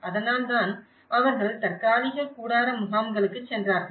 அதனால் தான் அவர்கள் தற்காலிக கூடார முகாம்களுக்கு சென்றார்கள்